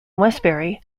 westbury